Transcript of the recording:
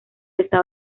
estado